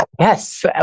Yes